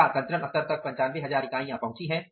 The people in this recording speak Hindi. क्या संचरण स्तर तक 95000 इकाइयाँ पहुँची हैं